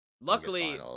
Luckily